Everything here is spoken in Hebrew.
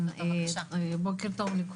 בוקר טוב.